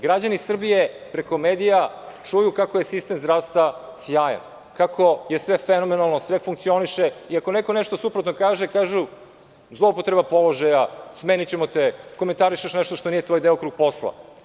Građani Srbije preko medija čuju kako je sistem zdravstva sjajan, kako je sve fenomenalno, sve funkcioniše i ako neko nešto suprotno kaže, kažu – zloupotreba položaja, smenićemo te, komentarišeš nešto što nije tvoj delokrug posla.